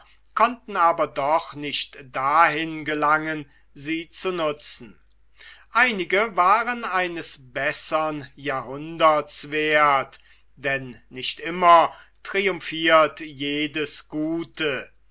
konnten aber doch nicht dahin gelangen sie zu nutzen einige waren eines bessern jahrhunderts werth denn nicht immer triumphirt jedes gute